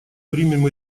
примем